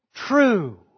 True